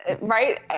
Right